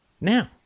now